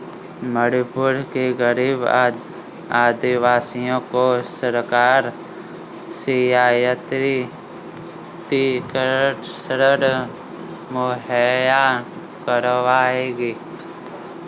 मणिपुर के गरीब आदिवासियों को सरकार रियायती ऋण मुहैया करवाएगी